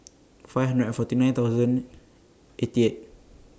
five hundred and forty nine thousand eighty eight